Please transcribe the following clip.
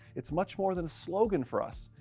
it's much more than a slogan for us,